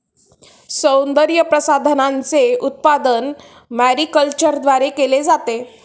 सौंदर्यप्रसाधनांचे उत्पादन मॅरीकल्चरद्वारे केले जाते